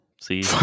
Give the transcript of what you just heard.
see